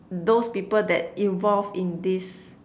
those people that involve in this